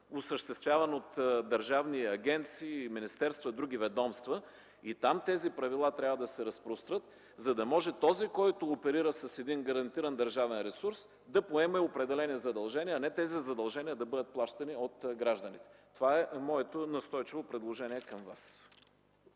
осъществявани от държавни агенции, министерства и други ведомства. Тези правила трябва да се разпрострат там, за да може този, който оперира с гарантиран държавен ресурс, да поеме определени задължения, а не тези задължения да бъдат плащани от гражданите. Това е моето настойчиво предложение към Вас.